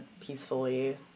peacefully